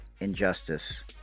injustice